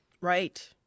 Right